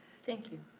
thank you.